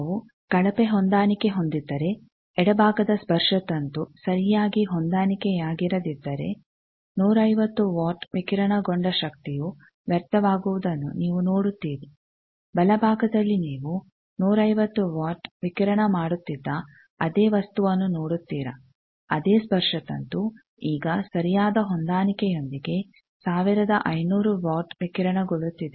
ನಾವು ಕಳಪೆ ಹೊಂದಾಣಿಕೆ ಹೊಂದಿದ್ದರೆ ಎಡಭಾಗದ ಸ್ಪರ್ಶತಂತು ಸರಿಯಾಗಿ ಹೊಂದಾಣಿಕೆಯಾಗಿರದಿದ್ದರೆ 150 ವಾಟ್ ವಿಕಿರಣಗೊಂಡ ಶಕ್ತಿಯು ವ್ಯರ್ಥವಾಗುವುದನ್ನು ನೀವು ನೋಡುತ್ತೀರಿ ಬಲಭಾಗದಲ್ಲಿ ನೀವು 150 ವಾಟ್ ವಿಕಿರಣ ಮಾಡುತ್ತಿದ್ದ ಅದೇ ವಸ್ತುವನ್ನು ನೋಡುತ್ತೀರ ಅದೇ ಸ್ಪರ್ಶತಂತು ಈಗ ಸರಿಯಾದ ಹೊಂದಾಣಿಕೆಯೊಂದಿಗೆ 1500ವಾಟ್ ವಿಕಿರಣಗೊಳ್ಳುತ್ತಿದೆ